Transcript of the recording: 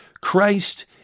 Christ